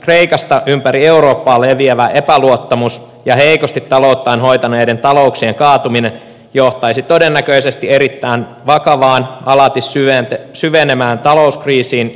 kreikasta ympäri eurooppaa leviävä epäluottamus ja heikosti talouttaan hoitaneiden talouksien kaatuminen johtaisi todennäköisesti erittäin vakavaan alati syvenevään talouskriisiin ja taantumaan